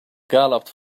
galloped